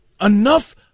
enough